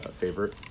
favorite